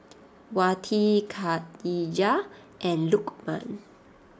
Wati Khadija and Lukman